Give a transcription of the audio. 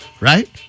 right